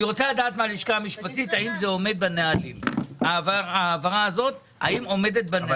אני רוצה לדעת מהלשכה המשפטית האם ההעברה הזאת עומדת בנהלים.